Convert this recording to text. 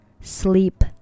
sleep